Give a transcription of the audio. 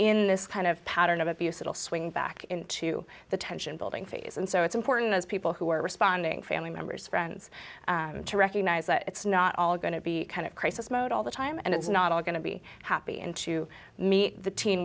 in this kind of pattern of abuse it'll swing back into the tension building phase and so it's important as people who are responding family members friends to recognize that it's not all going to be kind of crisis mode all the time and it's not all going to be happy and to meet the teen